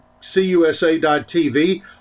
CUSA.TV